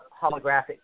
holographic